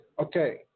Okay